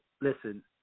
listen